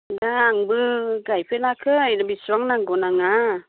दा आंबो गायफेराखै बेसेबां नांगौ नाङा